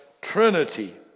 Trinity